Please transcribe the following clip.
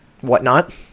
whatnot